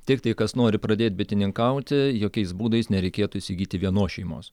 tiktai kas nori pradėti bitininkauti jokiais būdais nereikėtų įsigyti vienos šeimos